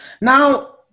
Now